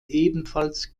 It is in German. ebenfalls